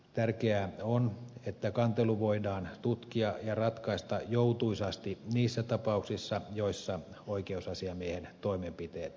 tärkeää on että kantelu voidaan tutkia ja ratkaista joutuisasti niissä tapauksissa joissa oikeusasiamiehen toimenpiteet ovat tarpeen